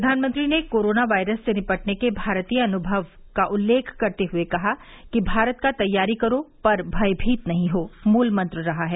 प्रधानमंत्री ने corona virus से निपटने के भारतीय अनुभव का उल्लेख करते हए कहा कि भारत का तैयारी करो पर भयभीत नहीं हो मूल मंत्र रहा है